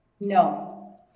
No